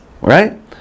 right